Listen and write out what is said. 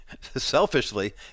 selfishly